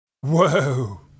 Whoa